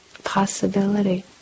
possibility